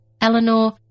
Eleanor